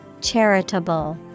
Charitable